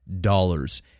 dollars